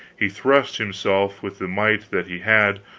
he thrust himself, with the might that he had,